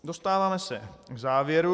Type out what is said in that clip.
Dostáváme se k závěru.